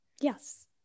Yes